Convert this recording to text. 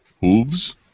Hooves